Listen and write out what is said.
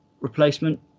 replacement